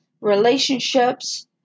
relationships